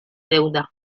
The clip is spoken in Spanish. deuda